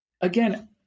again